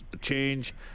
change